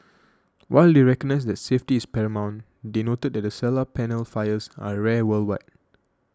while they recognised that safety is paramount they noted that solar panel fires are rare worldwide